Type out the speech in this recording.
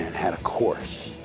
had a course